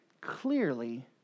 clearly